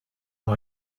nur